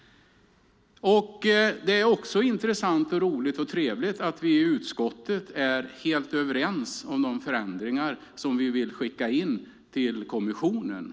Det är intressant, roligt och trevligt att vi i utskottet är helt överens om de förslag på förändringar som vi vill skicka in till kommissionen.